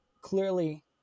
Clearly